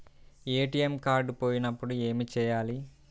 ATM card పోయినప్పుడు ఏమి చేయాలి?